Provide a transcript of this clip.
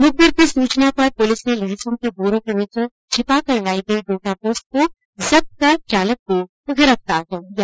मुखबीर की सूचना पर पुलिस ने लहसुन के बोरो के नीचे छिपाकर लाई गई डोडापोस्त को जब्त कर चालक को गिरफ्तार कर लिया